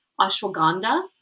ashwagandha